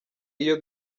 iyo